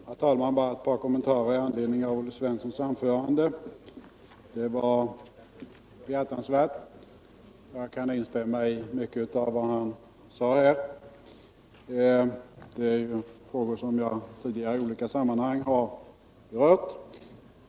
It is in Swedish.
Herr talman! Bara ett par kommentarer till Olle Svenssons anförande. Det var behjärtansvärt, och jag kan instämma i mycket av vad han sade.